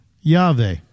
Yahweh